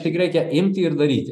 tik reikia imti ir daryti